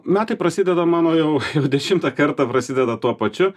metai prasideda mano jau dešimtą kartą prasideda tuo pačiu